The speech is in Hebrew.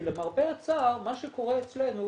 כי למרבה הצער מה שקורה אצלנו,